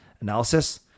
analysis